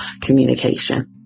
communication